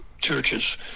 churches